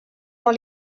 dans